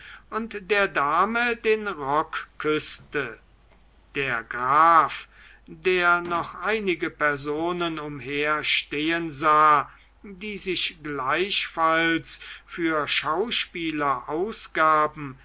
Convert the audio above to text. und der dame den rock küßte der graf der noch einige personen umherstehen sah die sich gleichfalls für schauspieler ausgaben